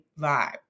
vibe